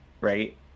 right